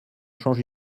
change